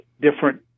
different